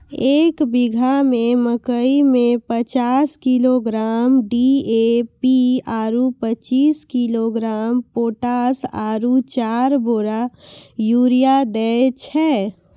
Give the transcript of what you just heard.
एक बीघा मे मकई मे पचास किलोग्राम डी.ए.पी आरु पचीस किलोग्राम पोटास आरु चार बोरा यूरिया दैय छैय?